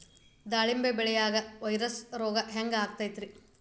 ದಾಳಿಂಬಿ ಬೆಳಿಯಾಗ ವೈರಸ್ ರೋಗ ಹ್ಯಾಂಗ ಗೊತ್ತಾಕ್ಕತ್ರೇ?